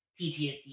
PTSD